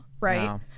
Right